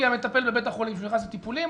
המטפל בבית החולים כשהוא נכנס לטיפולים,